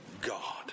God